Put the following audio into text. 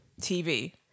TV